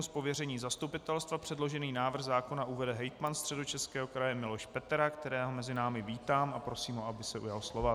Z pověření zastupitelstva předložený návrh zákona uvede hejtman Středočeského kraje Miloš Petera, kterého mezi námi vítám a prosím ho, aby se ujal slova.